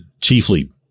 chiefly